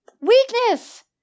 Weakness